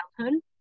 childhood